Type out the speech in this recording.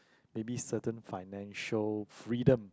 maybe certain financial freedom